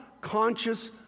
conscious